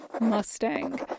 Mustang